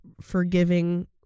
forgiving